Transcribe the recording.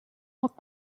not